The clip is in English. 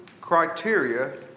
criteria